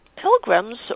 Pilgrims